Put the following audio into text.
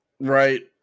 right